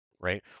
right